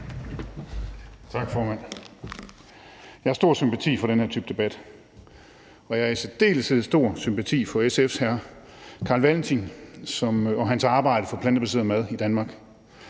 Tak, formand. Jeg har stor sympati for den her type debat, og jeg har i særdeleshed stor sympati for SF's hr. Carl Valentin og hans arbejde for plantebaseret mad i Danmark.